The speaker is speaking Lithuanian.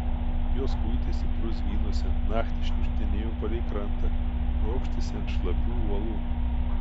jos kuitėsi brūzgynuose naktį šniukštinėjo palei krantą ropštėsi ant šlapių uolų